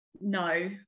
no